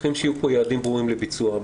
צריכים שיהיו פה יעדים ברורים לביצוע.